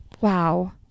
Wow